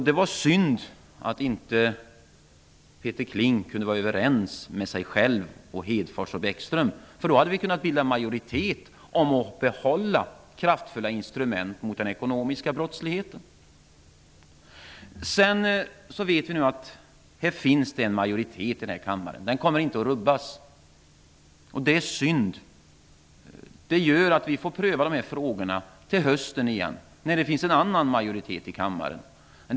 Det är alltså synd att Peter Kling inte kan vara överens med sig själv och med Hedfors och Bäckström -- då hade vi kunnat bilda en majoritet för att behålla kraftfulla instrument mot den ekonomiska brottsligheten. Vi vet nu att det finns en majoritet i kammaren som inte kommer att rubbas, och det är synd. Det gör att vi får pröva de här frågorna till hösten igen, när det finns en annan majoritet i kammaren.